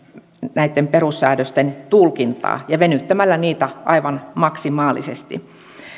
perussäädösten tulkintaa ja venyttämällä niitä aivan maksimaalisesti